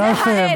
זה חטא.